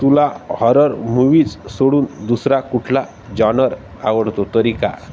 तुला horror movies सोडून दुसरा कुठला जॉनर आवडतो तरी का